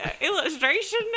illustration